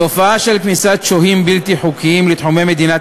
התופעה של כניסת שוהים בלתי חוקיים לתחומי מדינת